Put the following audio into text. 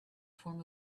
form